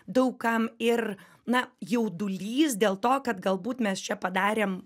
daug kam ir na jaudulys dėl to kad galbūt mes čia padarėm